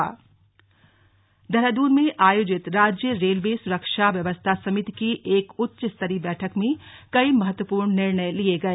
police बैठक देहरादून में आयोजित राज्य रेलवे सुरक्षा व्यवस्था समिति की एक उच्च स्तरीय बैठक में कई महत्वपूर्ण निर्णय लिये गए